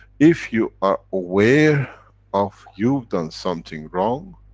if you are aware of, you've done something wrong,